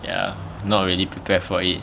ya not really prepared for it